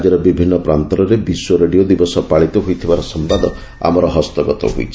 ରାଜ୍ୟର ବିଭିନ୍ ପ୍ରାନ୍ତରେ ବିଶ୍ୱ ରେଡ଼ିଓ ଦିବସ ପାଳିତ ହୋଇଥିବାର ସମ୍ଭାଦ ଆମର ହସ୍ତଗତ ହୋଇଛି